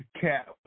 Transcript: cat